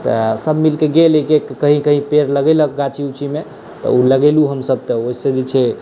तऽ सभ मिलके गेल एक एक कहीँ कहीँ पेड़ लगेलक गाछी उछीमे तऽ ओ लगेलहुँ हमसभ तऽ ओहिसँ जे छै